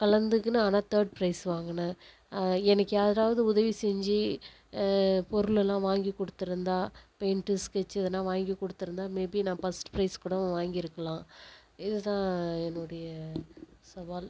கலந்துக்குன்னு ஆனால் third prize வாங்குனேன் எனக்கு யாராவது உதவி செஞ்சு பொருள் எல்லாம் வாங்கி கொடுத்துருந்தா பெயிண்ட்டு ஸ்கெட்சு எதுனால் வாங்கி கொடுத்துருந்தா மேபி நான் ஃபர்ஸ்ட் பிரைஸ் கூடவும் வாங்கி இருக்கலாம் இது தான் என்னோடைய சவால்